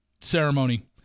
ceremony